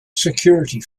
security